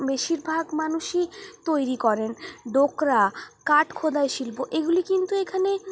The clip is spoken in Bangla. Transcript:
বেশিরভাগ মানুষই তৈরি করেন ডোকরা কাঠ খোদাই শিল্প এগুলি কিন্তু এখানে